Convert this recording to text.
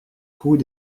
cous